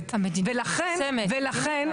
שנינו.